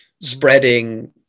spreading